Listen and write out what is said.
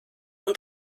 und